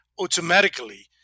automatically